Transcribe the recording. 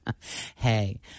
hey